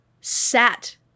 sat